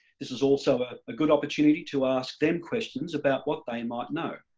this is also a good opportunity to ask them questions about what they might know.